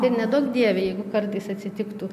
kad neduok dieve jeigu kartais atsitiktų